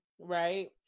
Right